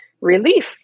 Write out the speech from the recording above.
relief